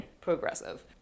progressive